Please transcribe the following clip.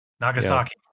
Nagasaki